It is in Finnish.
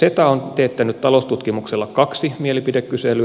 seta on teettänyt taloustutkimuksella kaksi mielipidekyselyä